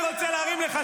אני רוצה להרים לך.